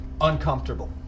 Uncomfortable